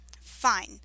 Fine